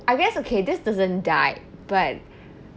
I guess okay this doesn't die but